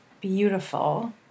beautiful